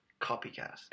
Copycat